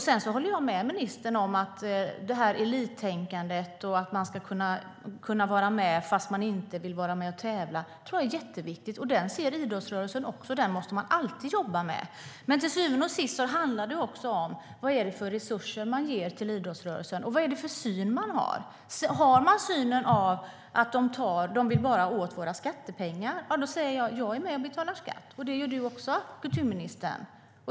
Sedan håller jag med om det som ministern säger om elittänkandet. Man ska kunna vara med fast man inte vill tävla. Det är jätteviktigt. Det anser idrottsrörelsen också. Den frågan måste den alltid jobba med. Men till syvende och sist handlar det om vilka resurser som man ger till idrottsrörelsen, och vad är det för syn man har? Har man den synen att idrotten bara vill åt våra skattepengar, ja, då säger jag att jag är med och betalar skatt och det gör du också, kulturministern.